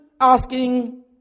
asking